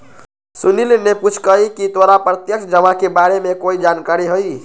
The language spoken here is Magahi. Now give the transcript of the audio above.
सुनील ने पूछकई की तोरा प्रत्यक्ष जमा के बारे में कोई जानकारी हई